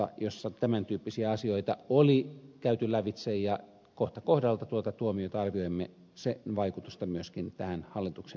siinä tämän tyyppisiä asioita oli käyty lävitse ja kohta kohdalta tuota tuomiota arvioimme ja sen vaikutusta myöskin tähän hallituksen esitykseen